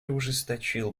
ужесточил